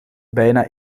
bijna